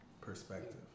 perspective